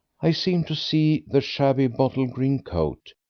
i seemed to see the shabby bottle-green coat,